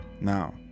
now